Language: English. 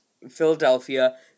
Philadelphia